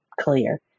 clear